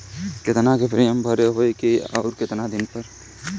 केतना के प्रीमियम भरे के होई और आऊर केतना दिन पर?